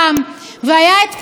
והיה פסק הדין,